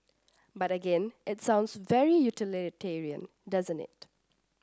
but again it sounds very utilitarian doesn't it